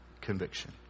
conviction